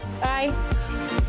Bye